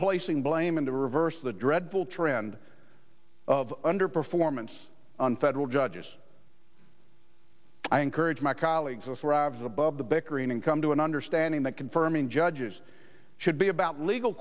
placing blame and to reverse the dreadful trend of under performance on federal judges i encourage my colleagues of is above the bickering and come to an understanding that confirming judges should be about legal